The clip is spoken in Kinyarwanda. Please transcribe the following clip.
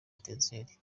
etincelles